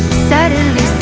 suddenly